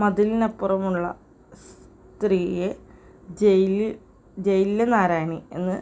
മതിലിനപ്പുറമുള്ള സ്ത്രീയെ ജയിലിൽ ജയിലിലെ നാരായണി എന്ന്